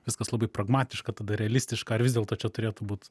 viskas labai pragmatiška tada realistiška ar vis dėlto čia turėtų būt